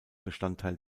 bestandteil